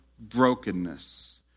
brokenness